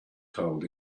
told